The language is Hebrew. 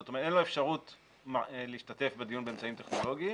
זאת אומרת אין לו אפשרות להשתתף בדיון באמצעים טכנולוגיים,